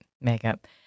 makeup